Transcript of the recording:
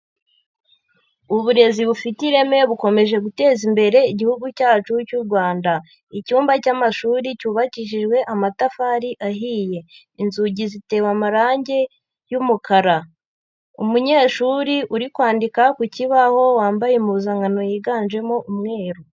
Uburezi bufite ireme bukomeje guteza imbere Igihugu cyacu cy'u Rwanda, icyumba cy'amashuri cyubakishijwe amatafari ahiye, inzugi zitewe amarangi y'umukara, umunyeshuri uri kwandika ku kibaho wambaye impuzankano yiganjemo umweru.